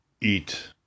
eat